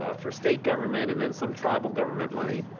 ah for state government and then some tribal government money.